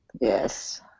Yes